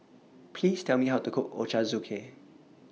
Please Tell Me How to Cook Ochazuke